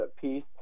piece